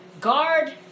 guard